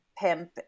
pimp